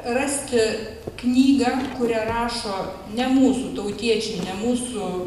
rasti knygą kurią rašo ne mūsų tautiečiai ne mūsų